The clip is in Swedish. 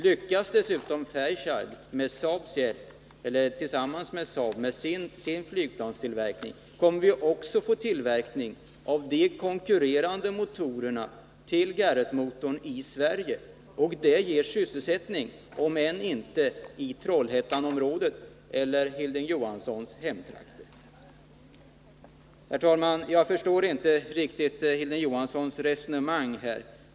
Lyckas dessutom Fairchild tillsammans med Saab med sin flygplanstillverkning, kommer vi också att få tillverkning av de med Garrettmotorn konkurrerande motorerna i Sverige, och det ger sysselsättning, om än inte i Trollhätteområdet — Hilding Johanssons hemtrakter. Herr talman! Jag förstår inte riktigt Hilding Johanssons resonemang.